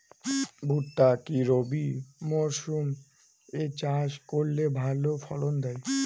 ভুট্টা কি রবি মরসুম এ চাষ করলে ভালো ফলন দেয়?